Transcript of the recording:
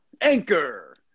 Anchor